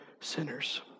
sinners